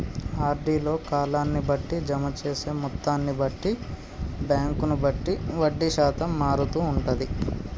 RD లో కాలాన్ని బట్టి, జమ చేసే మొత్తాన్ని బట్టి, బ్యాంకును బట్టి వడ్డీ శాతం మారుతూ ఉంటది